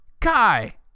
kai